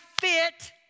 fit